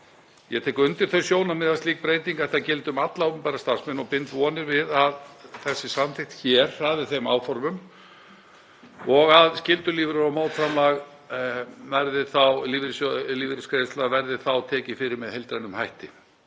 Ég tek undir þau sjónarmið að slík breyting ætti að gilda um alla opinbera starfsmenn og bind vonir við að þessi samþykkt hér hraði þeim áformum og að skyldulífeyrir og mótframlag lífeyrisgreiðslna verði þá tekið fyrir með heildrænum hætti.